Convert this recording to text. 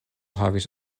havis